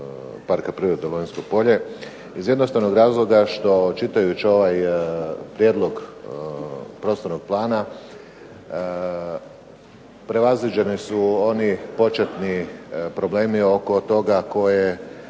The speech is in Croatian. iz jednostavnog razloga što čitajući ovaj Prijedlog prostornog plana prevaziđene su oni početni problemi oko toga tko je